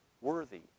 worthy